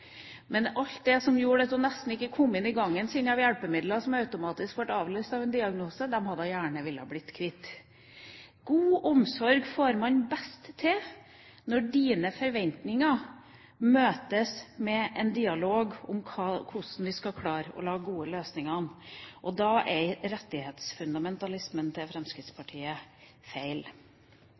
Men alt av hjelpemidler – som gjorde at hun nesten ikke kom inn i gangen sin – som automatisk ble utløst av en diagnose, ville hun gjerne bli kvitt. God omsorg får man best til når dine forventninger møtes med en dialog om hvordan vi skal klare å lage gode løsninger, og da er rettighetsfundamentalismen til Fremskrittspartiet feil.